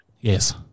Yes